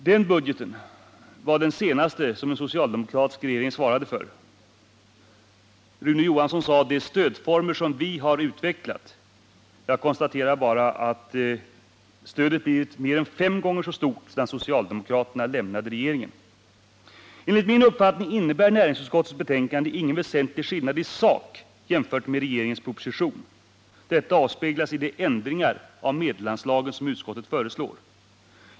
Den budgeten var den senaste som den socialdemokratiska regeringen svarade för. Rune Johansson i Ljungby talade om de stödformer som ”vi har utvecklat”. Jag konstaterar bara att stödet blivit mer än fem gånger så stort sedan socialdemokraterna lämnade regeringen. Enligt min uppfattning innebär näringsutskottets betänkande ingen väsentlig skillnad i sak jämfört med regeringens proposition. Detta avspeglas i 9 de ändringar av anslagen som utskottet föreslår.